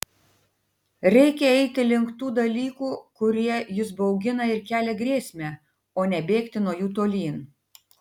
reikia eiti link tų dalykų kurie jus baugina ar kelia grėsmę o ne bėgti nuo jų tolyn